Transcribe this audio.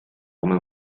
come